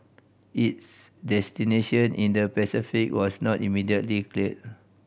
its destination in the Pacific was not immediately clear